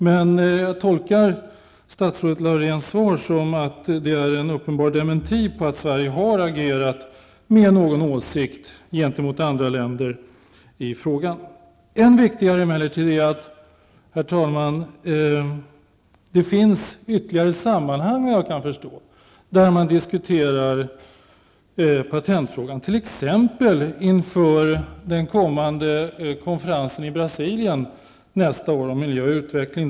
Men jag tolkar statsrådet Lauréns svar som en uppenbar dementi av att Sverige har agerat och uttryckt en åsikt gentemot andra länder i frågan. Viktigare ändå är emellertid, herr talman, att det såvitt jag förstår finns ytterligare sammanhang där patentfrågan diskuteras, t.ex. inför konferensen i Brasilien nästa år om miljö och utveckling.